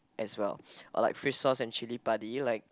as well or like fish sauce and chilli padi like